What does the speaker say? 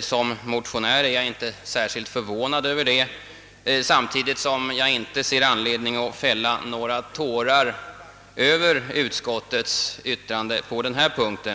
Som motionär är jag inte särskilt förvånad över detta, samtidigt som jag inte ser någon anledning att fälla tårar över utskottets yttrande på denna punkt.